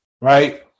right